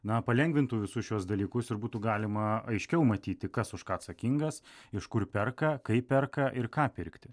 na palengvintų visus šiuos dalykus ir būtų galima aiškiau matyti kas už ką atsakingas iš kur perka kaip perka ir ką pirkti